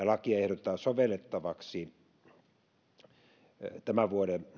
lakia ehdotetaan sovellettavaksi tämän vuoden